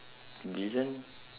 villain